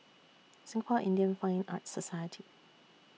Singapore Indian Fine Arts Society